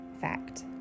fact